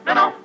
no